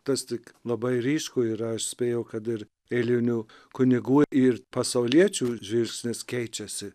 tas tik labai ryšku ir aš spėju kad ir eilinių kunigų ir pasauliečių žvilgsnis keičiasi